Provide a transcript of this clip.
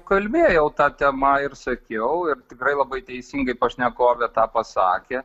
kalbėjau ta tema ir sakiau ir tikrai labai teisingai pašnekovė tą pasakė